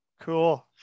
cool